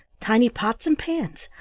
tiny pots and pans,